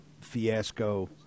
fiasco